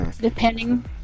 depending